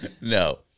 No